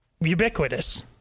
ubiquitous